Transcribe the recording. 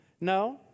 No